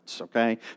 okay